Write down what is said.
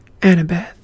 Annabeth